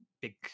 big